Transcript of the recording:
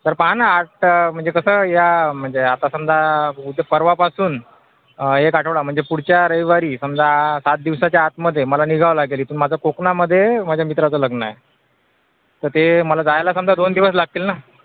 तर पहा ना आज तर म्हणजे कसं या म्हणजे आता समजा उद्या परवापासून एक आठवडा म्हणजे पुढच्या रविवारी समजा सात दिवसाच्या आतमध्ये मला निघावं लागेल इथून माझं कोकणामध्ये माझ्या मित्राचं लग्न आहे तर ते मला जायला समजा मला दोन दिवस लागतील ना